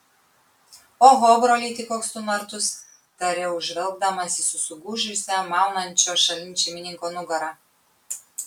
oho brolyti koks tu nartus tariau žvelgdamas į susigūžusią maunančio šalin šeimininko nugarą